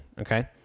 Okay